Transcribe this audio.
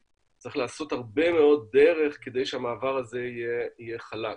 צריך לעשות הרבה מאוד דרך כדי שהמעבר הזה יהיה חלק.